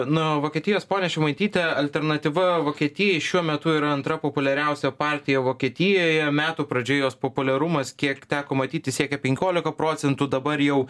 nuo vokietijos ponia šimaityte alternatyva vokietijai šiuo metu yra antra populiariausia partija vokietijoje metų pradžioje jos populiarumas kiek teko matyti siekė penkiolika procentų dabar jau